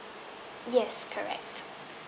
yes correct